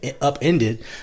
upended